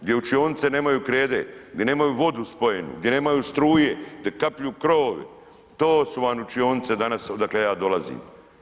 Gdje učionice nemaju krede, gdje nemaju vodu spojenu, gdje nemaju struje, gdje kaplju krovovi, to su vam učionice danas odakle ja dolazim.